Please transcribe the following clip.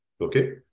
Okay